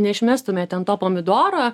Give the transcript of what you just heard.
neišmestumėt ten to pomidoro